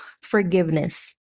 forgiveness